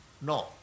No